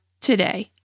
today